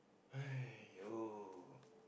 !aiyo!